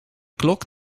klok